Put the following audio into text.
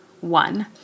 one